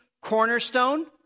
cornerstone